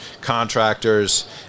contractors